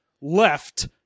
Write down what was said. left